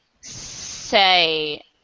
say